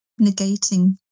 negating